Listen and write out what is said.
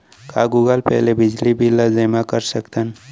का Google Pay ले बिजली बिल ल जेमा कर सकथन?